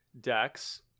decks